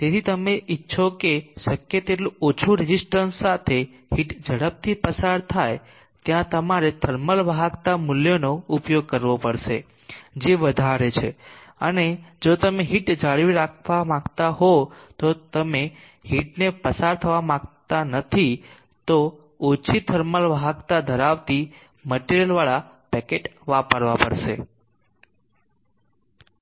તેથી જ્યાં તમે ઇચ્છો કે શક્ય તેટલું ઓછું રેઝિસ્ટન્સ સાથે હીટ ઝડપથી પસાર થાયત્યાં તમારે થર્મલ વાહકતા મૂલ્યોનો ઉપયોગ કરવો પડશે જે વધારે છે અને જો તમે હીટ જાળવી રાખવા માંગતા હો તમે હીટને પસાર થવા માંગતા નથીતો ઓછી થર્મલ વાહકતા ધરાવતી મટેરીયલ વાળા પેકેટ વાપરવા પડશે